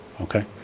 Okay